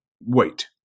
Wait